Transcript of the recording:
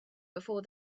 before